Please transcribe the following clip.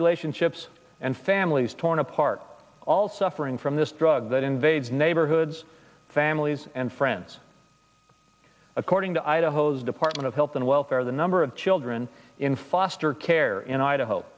relationships and families torn apart all suffering from this drug that invades neighborhoods families and friends according to idaho's department of health and welfare the number of children in foster care in idaho